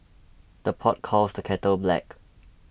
the pot calls the kettle black